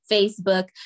Facebook